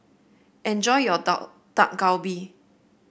enjoy your Dak Dak Galbi